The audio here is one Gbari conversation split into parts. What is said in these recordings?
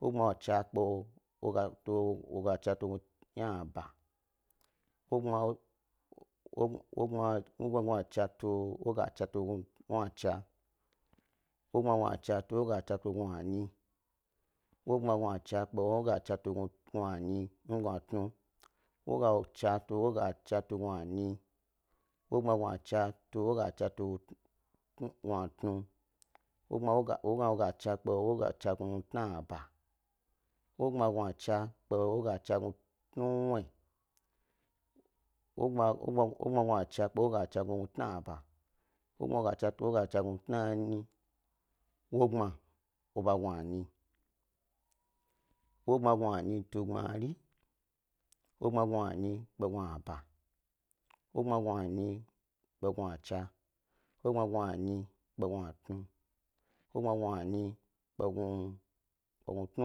Wogbma chna tu, tu woga chna tu ynaba, wogbna chna tu ynacha tu woga tu yna chna, wogbma chna tu woga chna tu gnunyi, wogbma chna tu woga chna tu gnu tnu, woga chna tu woga chna tu gnunyi, woga chna tu woga chna tu gnu tnu, wogbma wogachna kpe tnaba, wogbma wogachna kpe tnuwnuwyi, wogbma wogachna kpe bi tnaba, wogbma wogachna kpe tnanyi, wogbma eba gnunyi, wogbma gnunyi tu gbmari, wogbma gnunyi kpe gnu'aba, wogbma gnunyi kpe gnuchna, wogbma gnunyi kpe gnu tnu, wogbma gnunyi kpe gnutnu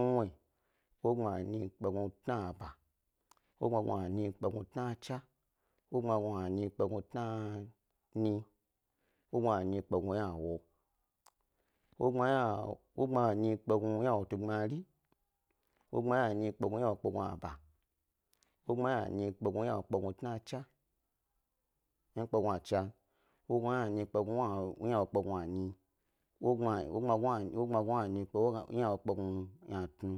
wnuwyi, wogbma gnunyi kpe tna'aba, wogbma gnunyi kpe gnu tnachna, wogbma gnunyi kpe gnu tnanyi, wogbma gnunyi kpe ynawo, wogbma gnunyi kpe gnuynawo tu gbmari, wogbma gnunyi kpe gnuynawo kpe gnuba, wogbma gnunyi kpe gnuynawo kpe tnachna hmm kpe gnuchna, wogbma gnunyi kpe gnuynawo kpe gnunyi, wogbma gnunyi wogbma gnunyi gnunyi kpe ynawo kpe gnutnu.